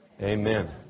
Amen